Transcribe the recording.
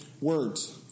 words